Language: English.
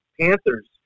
Panthers